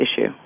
issue